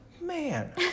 man